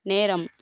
நேரம்